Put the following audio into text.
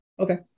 Okay